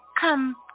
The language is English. come